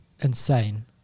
insane